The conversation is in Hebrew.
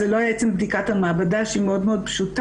זה לא היה בעצם בדיקת המעבדה שהיא מאוד מאוד פשוטה,